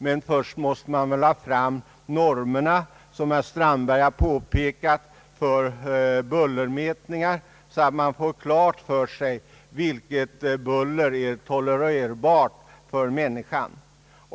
men först måste man, som herr Strandberg har påpekat, utarbeta normer för bullermätningar så att man får klart för sig vilket buller som är tolererbart för människan.